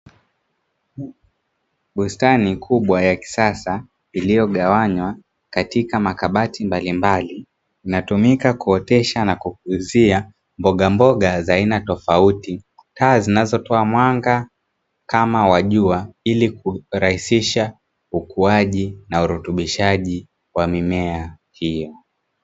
Bustani kubwa ya kisasa iliyogawanywa katika makabati mbalimbali zinatumika kuotesha mboga mboga za aina tofauti, taa zinazotoa mwanga kama wajua ili kurahisisha ukuaji na urutubishaji wa mimea hii.